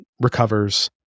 recovers